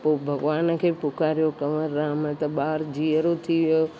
पोइ भॻवान खे पिकारोयो कंवर राम त ॿार जीअरो थी वियो